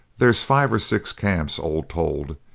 there's five or six camps, all told,